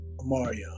Mario